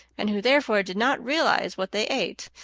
and who therefore did not realize what they ate.